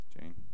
Jane